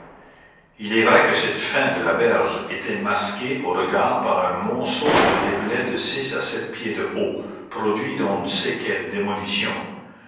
il est vrai que cette fin de la berge était masquée au regard par un monceau de déblais de six à sept pieds de haut produit d'on ne sait quelle démolition